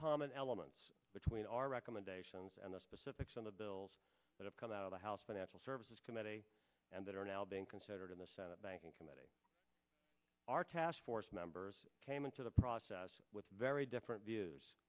common elements between our recommendations and the specifics of the bills that have come out of the house financial services committee and that are now being considered in the senate banking committee our task force members came into the process with very different views